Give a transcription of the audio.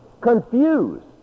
Confused